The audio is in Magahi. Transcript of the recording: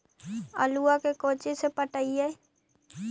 आलुआ के कोचि से पटाइए?